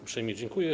Uprzejmie dziękuję.